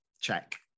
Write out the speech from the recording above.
check